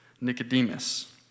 Nicodemus